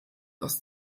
aus